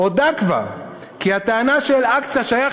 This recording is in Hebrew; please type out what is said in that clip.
כבר הודה כי הטענה שאל-אקצא שייך